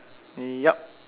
uh yup